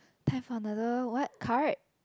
type for another what card